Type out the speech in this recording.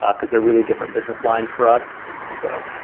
because they're really different business lines for us so